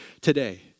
today